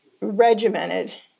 regimented